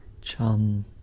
chum